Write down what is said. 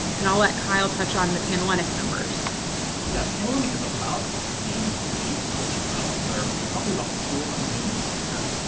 and i'll let kyle touch on in the panhellenic numbers. kyle yeah panhellenic is ah about the same rate as well, where we have roughly about four hundred women start.